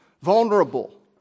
vulnerable